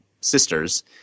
sisters